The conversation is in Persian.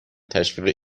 تشویق